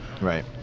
right